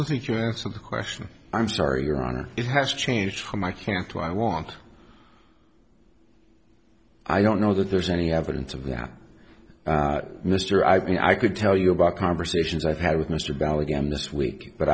let you answer the question i'm sorry your honor it has changed from i can't to i want i don't know that there's any evidence of that mr i mean i could tell you about conversations i've had with mr bally game this week but